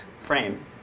frame